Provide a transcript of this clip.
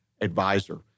advisor